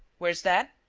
where is that?